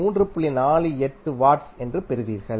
48 watts என்று பெறுவீர்கள்